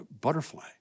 butterfly